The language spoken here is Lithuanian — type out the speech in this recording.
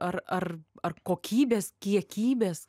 ar ar ar kokybės kiekybės